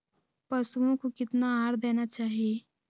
पशुओं को कितना आहार देना चाहि?